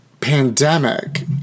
pandemic